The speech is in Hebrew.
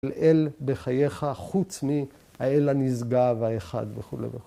‫אל אל בחייך חוץ מאל הנשגב האחד ‫וכו' וכו'.